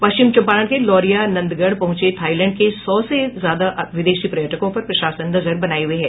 पश्चिम चम्पारण के लौरिया नंदनगढ़ पहुंचे थाईलैंड के सौ से ज्यादा विदेशी पर्यटकों पर प्रशासन नजर बनाए हुये है